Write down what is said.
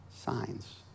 signs